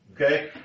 Okay